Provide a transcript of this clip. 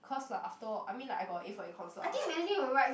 cause like after all I mean like I got a A for econs lah